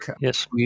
Yes